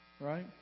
right